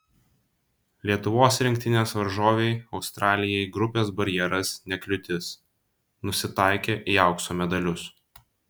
lietuvos rinktinės varžovei australijai grupės barjeras ne kliūtis nusitaikė į aukso medalius